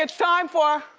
ah time for.